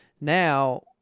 Now